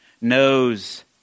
knows